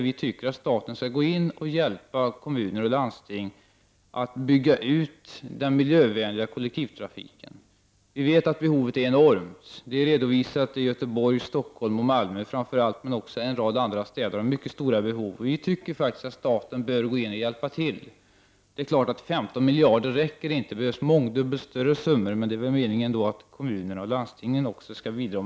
Vi anser att staten skall gå in och hjälpa kommuner och landsting att bygga ut den miljövänliga kollektivtrafiken. Vi vet att behovet är enormt. Det finns behov redovisade för framför allt Göteborg, Stockholm och Malmö, men även en rad andra städer har mycket stora behov. Vi anser faktiskt att staten bör gå in och hjälpa till. Det är klart att 15 miljarder inte räcker till. Det behövs mångdubbelt större summor, men det är väl meningen att kommuner och landsting skall bidra.